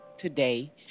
today